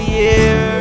year